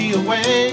away